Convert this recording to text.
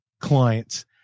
clients